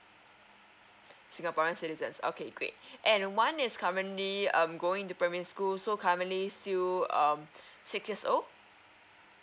singaporeans citizen okay great and one is currently um going to primary school so currently still um six years old